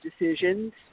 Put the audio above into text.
decisions